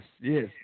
yes